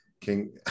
King